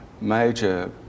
major